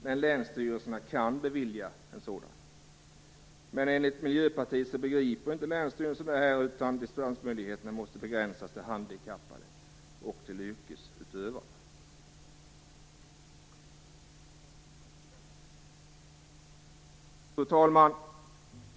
Men länsstyrelserna kan bevilja en dispens. Men enligt Miljöpartiet begriper inte länsstyrelserna detta, utan dispensmöjligheterna måste begränsas till handikappade och yrkesutövare. Fru talman!